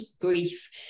grief